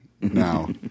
Now